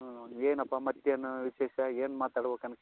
ಹ್ಞೂ ಹ್ಞೂ ಏನಪ್ಪಾ ಮತ್ತೇನು ವಿಶೇಷ ಏನು ಮಾತಾಡ್ಬೇಕು ಅನ್ನು